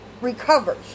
recovers